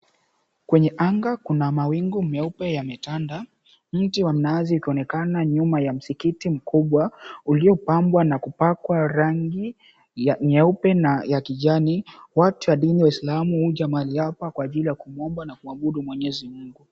Kwenye anga kuna mawingu meupe yametanda, mti wa mnazi ukionekana nyuma ya msikiti mkubwa uliopambwa na kupakwa rangi nyeupe na ya kijani. Watu wa dini ya kiislamu huja mahali hapa kwa ajili ya kumwomba na kumwabudu mwenyezi mungu.